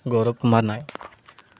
Gaurav Kumar Nayak